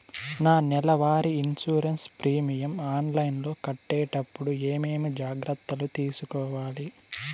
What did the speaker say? నా నెల వారి ఇన్సూరెన్సు ప్రీమియం ఆన్లైన్లో కట్టేటప్పుడు ఏమేమి జాగ్రత్త లు తీసుకోవాలి?